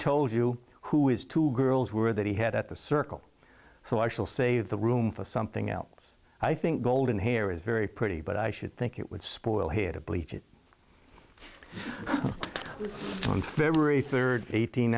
told you who is two girls were that he had at the circle so i shall say the room for something else i think golden hair is very pretty but i should think it would spoil here to bleach it on february third eight